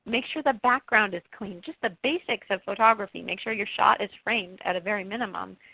make sure the background is clean, just the basics of photography. make sure your shot is framed at a very minimum.